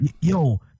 Yo